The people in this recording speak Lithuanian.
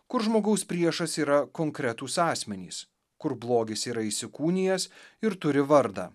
kur žmogaus priešas yra konkretūs asmenys kur blogis yra įsikūnijęs ir turi vardą